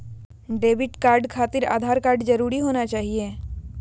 Debit card खातिर Aadhaar card जरूरी होना चाहिए?